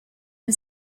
une